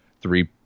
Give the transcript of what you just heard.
three